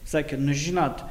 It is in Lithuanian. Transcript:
sakė nu žinot